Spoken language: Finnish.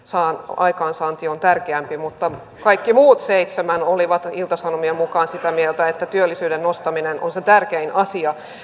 aikaansaanti on tärkeämpi mutta kaikki muut seitsemän olivat ilta sanomien mukaan sitä mieltä että työllisyyden nostaminen on se tärkein asia